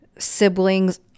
siblings